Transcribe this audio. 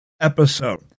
episode